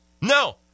No